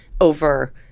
over